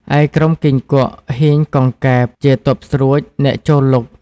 ឯក្រុមគីង្គក់ ហ៊ីង កង្កែប ជាទ័ពស្រួចអ្នកចូលលុក។